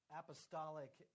apostolic